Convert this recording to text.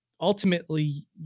ultimately